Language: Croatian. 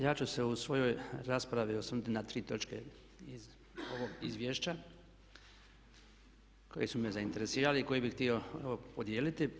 Ja ću se u svojoj raspravi osvrnuti na tri točke iz ovog izvješća koje su me zainteresirale i koje bih htio podijeliti.